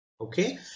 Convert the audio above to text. okay